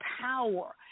power